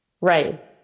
right